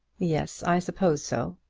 yes i suppose so.